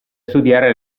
studiare